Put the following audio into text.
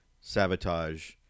Sabotage